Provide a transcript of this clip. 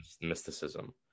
mysticism